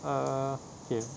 err okay